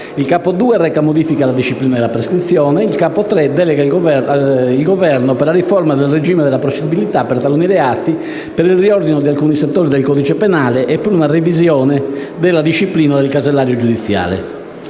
Il Capo II reca modifiche alla disciplina della prescrizione, mentre il Capo III delega il Governo alla riforma del regime di procedibilità per taluni reati, per il riordino di alcuni settori del codice penale e per una revisione della disciplina del casellario giudiziale.